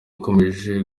ikomeje